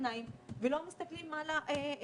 את העיניים ולא מסתכלים על המציאות.